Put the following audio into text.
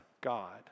God